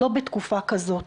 לא בתקופה כזאת?